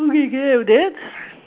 okay can I have that